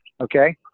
okay